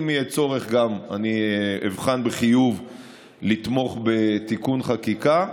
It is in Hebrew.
ואם יהיה צורך אני גם אבחן בחיוב לתמוך בתיקון חקיקה,